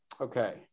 okay